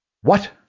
What